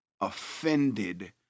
offended